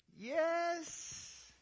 Yes